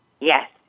Yes